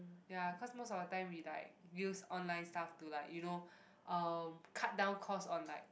ya cause most of the time we like use online stuff to like you know um cut down cost on like